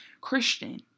Christian